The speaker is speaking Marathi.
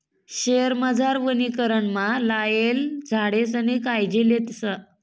शयेरमझार वनीकरणमा लायेल झाडेसनी कायजी लेतस